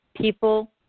People